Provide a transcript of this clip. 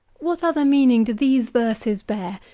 what other meaning do these verses bear?